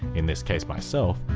in this case myself,